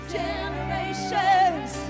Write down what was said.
generations